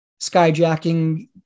skyjacking